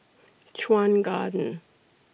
Chuan Garden